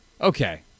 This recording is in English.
okay